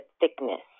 thickness